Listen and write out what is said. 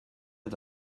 eta